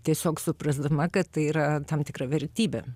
tiesiog suprasdama kad tai yra tam tikra vertybė